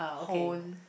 whole